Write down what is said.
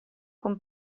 con